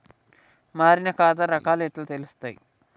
మారిన ఖాతా రకాలు ఎట్లా తెలుత్తది?